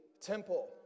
temple